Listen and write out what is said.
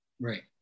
Right